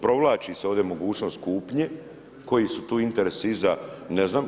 Provlači se ovdje mogućnost kupnje, koji su tu interesi iza, ne znam.